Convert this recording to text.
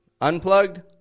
Unplugged